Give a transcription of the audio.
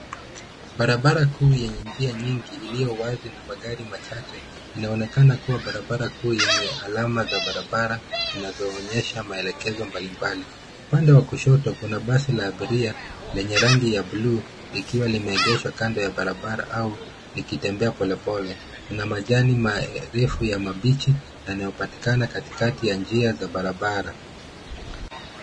Barabara kuu yenye njia mingi iliyo wazi na magari machache, inaonekana kuwa barabara kuu yenye alama za bara bara zinazoonyesha maelekezo mbali mbali. Upande wa kushoto kuna basi la abiria lenye rangi ya bluu likiwa limeegeshwa kando ya barabara au likitembea polepole, kuna majani marefu ya mabichi yanayo patikana katikati ya njia za barabara.